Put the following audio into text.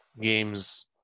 games